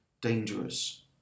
dangerous